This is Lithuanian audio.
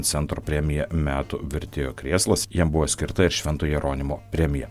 centro premija metų vertėjo krėslas jam buvo skirta ir švento jeronimo premija